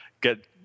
get